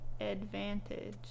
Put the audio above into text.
advantage